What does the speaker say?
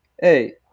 hey